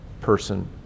person